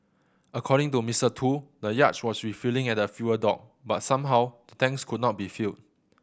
according to Mister Tu the yacht was refuelling at the fuel dock but somehow the tanks could not be filled